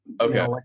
okay